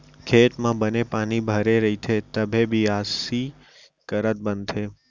खेत म बने पानी भरे रइथे तभे बियासी करत बनथे